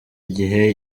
igihe